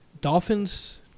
Dolphins